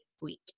week